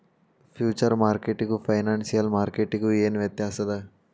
Future ಮಾರ್ಕೆಟಿಗೂ financial ಮಾರ್ಕೆಟಿಗೂ ಏನ್ ವ್ಯತ್ಯಾಸದ?